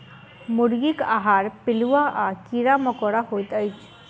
मुर्गीक आहार पिलुआ आ कीड़ा मकोड़ा होइत अछि